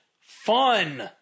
Fun